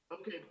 Okay